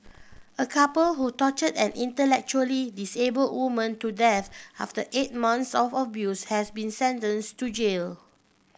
a couple who tortured an intellectually disabled woman to death after eight months of abuse has been sentenced to jail